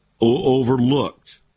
overlooked